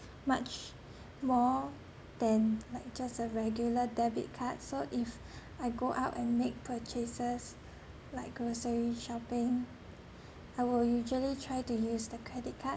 much more than like just a regular debit card so if I go out and make purchases like grocery shopping I will usually try to use the credit card